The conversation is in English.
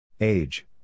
Age